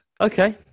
Okay